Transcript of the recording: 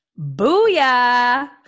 booyah